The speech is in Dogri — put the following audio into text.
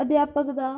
अध्यापक दा